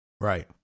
right